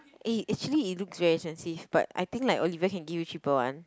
eh actually it looks very expensive but I think like Olivia can give you cheaper one